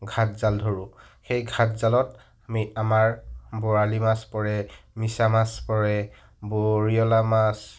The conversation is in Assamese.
ঘাট জাল ধৰোঁ সেই ঘাট জালত আমি আমাৰ বৰালি মাছ পৰে মিছা মাছ পৰে বৰিয়লা মাছ